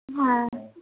হ্যাঁ